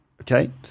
Okay